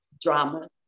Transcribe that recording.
drama